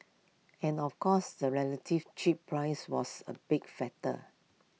and of course the relative cheap price was A big factor